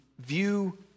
view